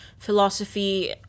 philosophy